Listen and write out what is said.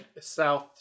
south